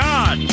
God